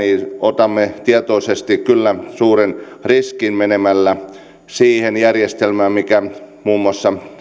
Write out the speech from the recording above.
otamme tietoisesti kyllä suuren riskin menemällä siihen järjestelmään mitä muun muassa